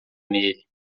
nele